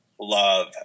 love